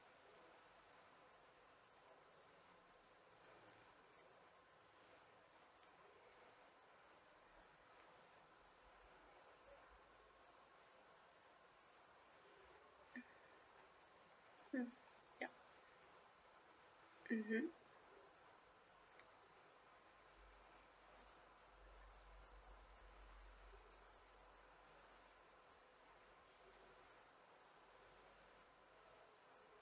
mmhmm